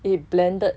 eh blended